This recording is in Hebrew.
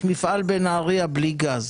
יש מפעל בנהריה בלי גז,